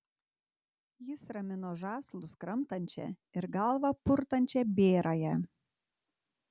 jis ramino žąslus kramtančią ir galvą purtančią bėrąją